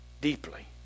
deeply